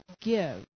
give